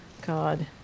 God